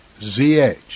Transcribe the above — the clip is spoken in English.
zh